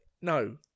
no